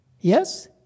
Yes